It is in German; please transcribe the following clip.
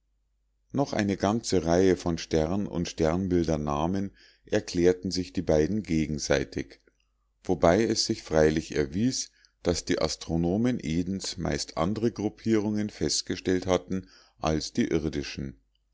noch eine ganze reihe von stern und sternbildernamen erklärten sich die beiden gegenseitig wobei es sich freilich erwies daß die astronomen edens meist andre gruppierungen festgestellt hatten als die irdischen